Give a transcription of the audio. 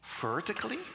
vertically